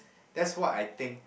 that's what I think